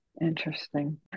Interesting